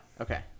Okay